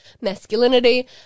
masculinity